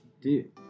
Dude